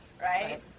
right